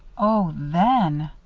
oh then,